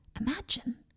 imagine